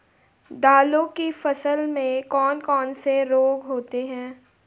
दालों की फसल में कौन कौन से रोग होते हैं?